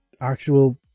actual